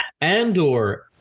Andor